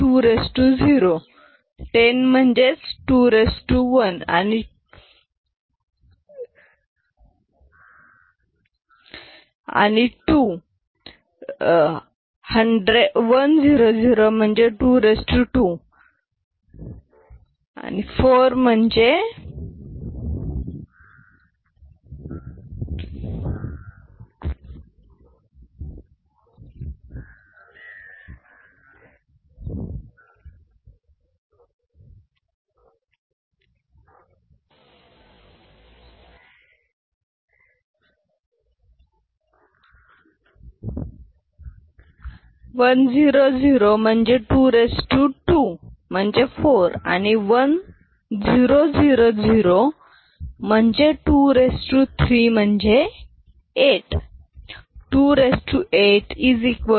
10 म्हणजे 21 म्हणजे 2 100 म्हणजे 22 म्हणजे 4 आणि 1000 म्हणजे 23 म्हणजे 8